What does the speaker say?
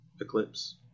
Eclipse